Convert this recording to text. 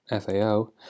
FAO